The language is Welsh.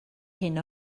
hyn